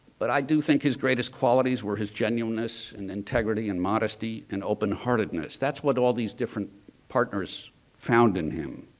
but i do think his greatest qualities were his genuineness and and and modesty and open-heartedness. that's what all these different partners found in him.